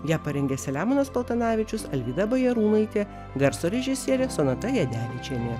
ją parengė selemonas paltanavičius alvyda bajarūnaitė garso režisierė sonata jadevičienė